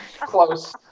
Close